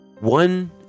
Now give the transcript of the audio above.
One